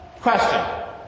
Question